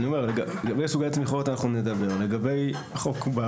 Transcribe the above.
לגבי החוק,